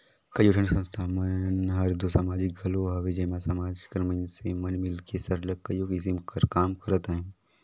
कइयो ठन संस्था मन हर दो समाजिक घलो हवे जेम्हां समाज कर मइनसे मन मिलके सरलग कइयो किसिम कर काम करत अहें